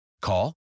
Call